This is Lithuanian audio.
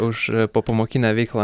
už popamokinę veiklą